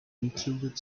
included